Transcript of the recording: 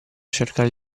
cercare